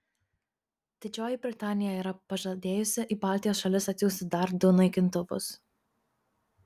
didžioji britanija yra pažadėjusi į baltijos šalis atsiųsti dar du naikintuvus